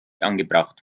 angebracht